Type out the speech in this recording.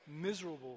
miserable